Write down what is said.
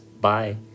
Bye